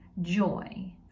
joy